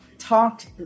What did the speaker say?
talked